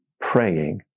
praying